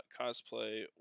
cosplay